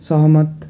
सहमत